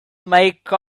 make